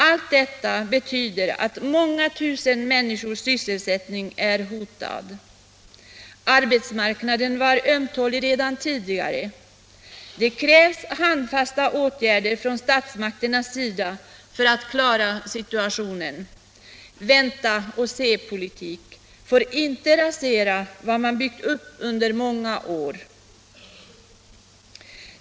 Allt detta betyder att många tusen människors sysselsättning är hotad. Arbetsmarknaden var ömtålig redan tidigare. Det krävs handfasta åtgärder från statsmakternas sida för att klara situationen. ”Vänta-och-se-politik” får inte rasera vad man byggt upp under många år.